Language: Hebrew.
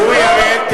אורי אריאל,